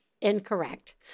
incorrect